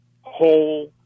whole